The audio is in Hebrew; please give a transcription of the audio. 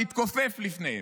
להתכופף לפניהם,